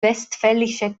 westfälische